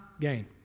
gain